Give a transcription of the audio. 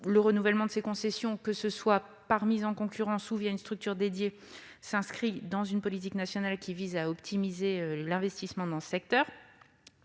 Le renouvellement de ces concessions, que ce soit par mise en concurrence ou une structure dédiée, s'inscrit dans une politique nationale qui vise à optimiser l'investissement dans le secteur